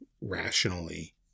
rationally